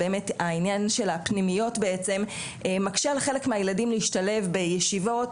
העניין של הפנימיות מקשה על חלק מהילדים להשתלב בישיבות